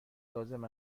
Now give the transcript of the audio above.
لازم